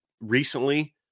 recently